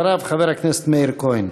אחריו, חבר הכנסת מאיר כהן.